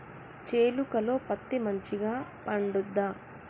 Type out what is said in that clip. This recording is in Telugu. చేలుక లో పత్తి మంచిగా పండుద్దా?